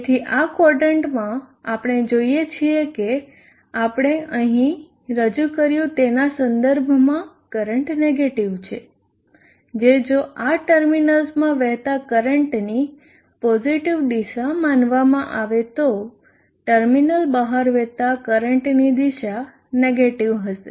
તેથી આ ક્વોદરન્ટમાં આપણે જોઈએ છીએ કે આપણે અહીં રજૂ કર્યું તેના સંદર્ભમાં કરંટ નેગેટીવ છે જે જો આ ટર્મિનલમાં વહેતા કરંટ ની પોઝીટીવ દિશા માનવામાં આવે તો ટર્મિનલ બહાર વહેતા કરંટની દિશા નેગેટીવ હશે